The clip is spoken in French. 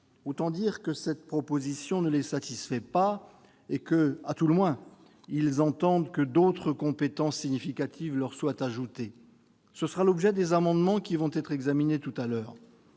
Autant dire que cette proposition ne les satisfait pas : ils entendent à tout le moins que d'autres compétences significatives soient ajoutées. Ce sera l'objet d'amendements qui vont être examinés tout à l'heure.